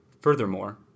Furthermore